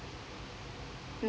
mm